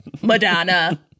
Madonna